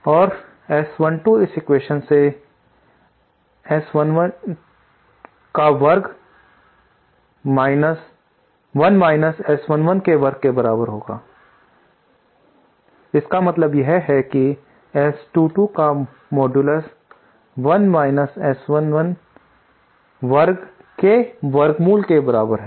और S12 इस equation से S12 का वर्ग 1 माइनस S11 के वर्ग के बराबर है इसका मतलब यह है कि S12 का मॉडुलुस 1 माइनस S11 वर्ग के वर्गमूल के बराबर है